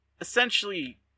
essentially